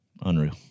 Unreal